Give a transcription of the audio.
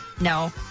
no